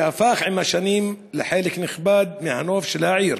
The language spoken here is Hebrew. שהפך עם השנים לחלק נכבד מהנוף של העיר